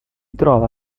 trova